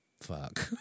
fuck